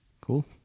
cool